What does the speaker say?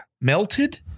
melted